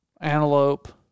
antelope